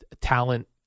talent